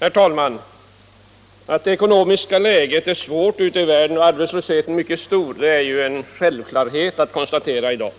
Herr talman! Att det ekonomiska läget är svårt och arbetslösheten i världen mycket stor i dag är väl närmast en självklarhet att konstatera.